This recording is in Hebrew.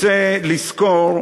רוצה לסקור,